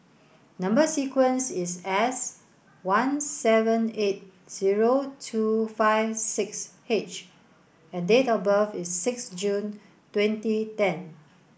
number sequence is S one seven eight zero two five six H and date of birth is six June twenty ten